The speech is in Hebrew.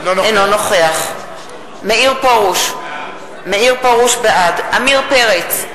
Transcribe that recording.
אינו נוכח מאיר פרוש, בעד עמיר פרץ,